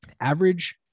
average